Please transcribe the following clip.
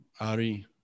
Ari